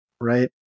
Right